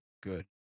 good